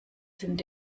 sind